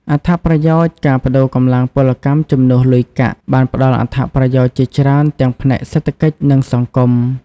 អត្ថប្រយោជន៍ការប្តូរកម្លាំងពលកម្មជំនួសលុយកាក់បានផ្តល់អត្ថប្រយោជន៍ជាច្រើនទាំងផ្នែកសេដ្ឋកិច្ច និងសង្គម